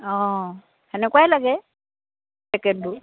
অঁ সেনেকুৱাই লাগে পেকেটবোৰ